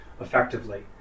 effectively